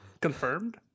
confirmed